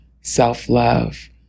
self-love